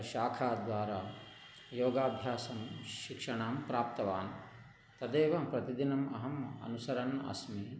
शाखाद्वारा योगाभ्यासं शिक्षणं प्राप्तवान् तदेवं प्रतिदिनम् अहम् अनुसरन् अस्मि